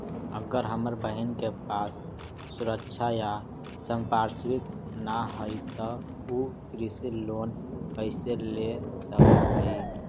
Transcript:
अगर हमर बहिन के पास सुरक्षा या संपार्श्विक ना हई त उ कृषि लोन कईसे ले सक हई?